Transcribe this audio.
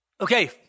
Okay